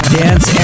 dance